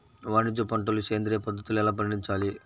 వాణిజ్య పంటలు సేంద్రియ పద్ధతిలో ఎలా పండించాలి?